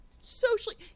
socially